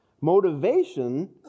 Motivation